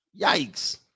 yikes